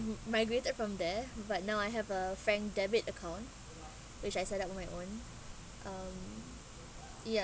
migrated from there but now I have a frank debit account which I set up on my own um ya